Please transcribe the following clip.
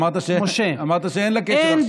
אמרת עכשיו שאין לה קשר.